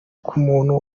nk’umuntu